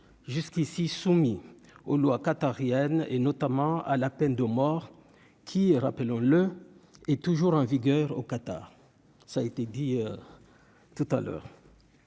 jusqu'ici soumis aux lois qatariennes et notamment à la peine de mort qui, rappelons-le, est toujours en vigueur, au Qatar, ça a été dit tout à l'heure